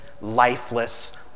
lifeless